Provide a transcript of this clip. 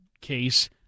case